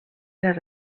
les